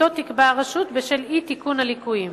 שתקבע הרשות, בשל אי-תיקון הליקויים.